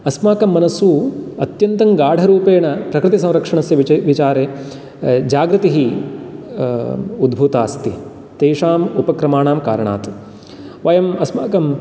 अस्माकं मनस्सु अत्यन्तं गाढरूपेण प्रकृतिसंरक्षणस्य विचारे जागृतिः उद्भूता अस्ति तेषाम् उपक्रमाणां कारणात् वयम् अस्माकं